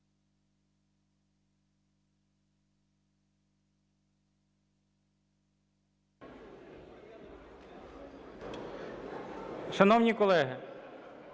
Шановні колеги,